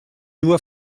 nur